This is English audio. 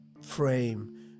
frame